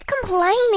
complaining